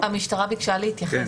המשטרה ביקשה להתייחס.